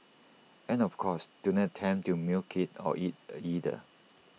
and of course do not attempt to milk IT or eat IT either